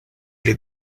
pri